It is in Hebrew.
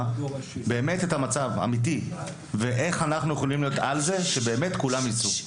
את המצב האמיתי ואיך אנחנו יכולים להיות על זה כך שבאמת כולם יצאו.